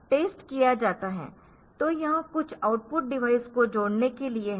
तो यह कुछ आउटपुट डिवाइस को जोड़ने के लिए है